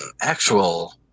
actual